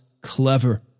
clever